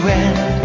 end